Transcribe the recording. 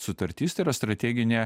sutartis tai yra strateginė